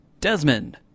Desmond